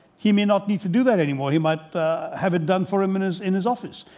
he may not need to do that anymore. he might have it done for him in his in his office.